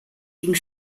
ging